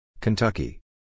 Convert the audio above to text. Kentucky